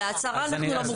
הצהרה אנחנו לא מוכנים.